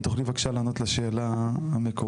אם תוכלי בבקשה לענות לשאלה המקורית.